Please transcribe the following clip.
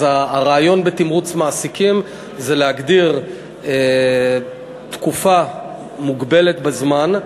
אז הרעיון בתמרוץ מעסיקים הוא להגדיר תקופה מוגבלת בזמן,